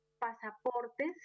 pasaportes